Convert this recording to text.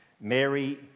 Mary